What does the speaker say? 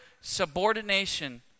subordination